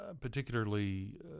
particularly